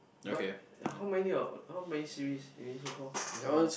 but how many or how many series maybe so call or